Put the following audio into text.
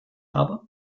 habe